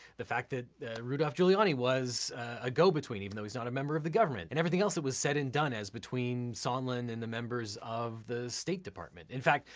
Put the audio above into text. the fact that rudolph giuliani was a go-between even though he's not a member of the government, and everything else that was said and done as between sondland and the members of the state department. in fact,